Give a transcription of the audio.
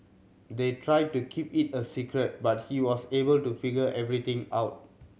they tried to keep it a secret but he was able to figure everything out